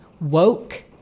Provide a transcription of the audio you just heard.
woke